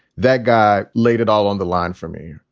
that guy laid it all on the line for me.